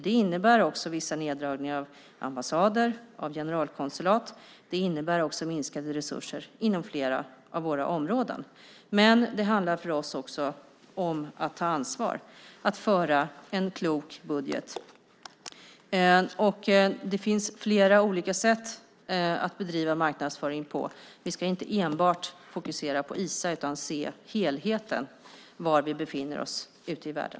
Det innebär vissa neddragningar av ambassader och generalkonsulat. Det innebär minskade resurser inom flera av våra områden. Men det handlar för oss om att ta ansvar, att föra en klok budget. Det finns flera olika sätt att bedriva marknadsföring på. Vi ska inte enbart fokusera på Isa utan se helheten, var vi befinner oss ute i världen.